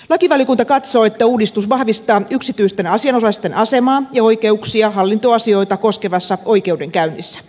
lakivaliokunta katsoo että uudistus vahvistaa yksityisten asianosaisten asemaa ja oikeuksia hallintoasioita koskevassa oikeudenkäynnissä